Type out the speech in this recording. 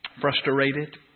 frustrated